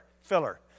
filler